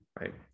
right